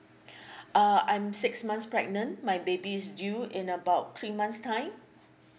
uh I'm six months pregnant my baby is due in about three months time